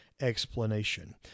explanation